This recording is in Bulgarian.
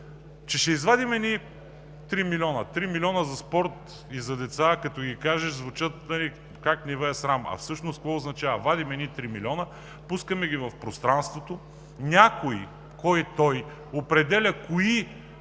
че ще извадим едни 3 милиона?! Три милиона за спорт и за деца, като кажеш, звучат: как не Ви е срам?! А всъщност какво означава? Вадим едни три милиона, пускаме ги в пространството и някой – кой е той, определя кои